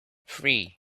three